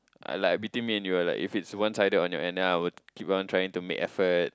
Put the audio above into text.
ah like between me and you lah like if it's one sided on your end then I will keep on trying to make effort